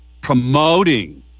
promoting